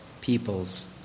people's